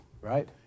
right